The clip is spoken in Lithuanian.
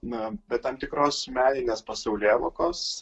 na be tam tikros meninės pasaulėvokos